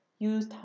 Use